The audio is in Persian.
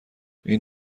این